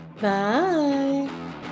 Bye